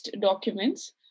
documents